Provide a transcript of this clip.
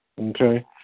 Okay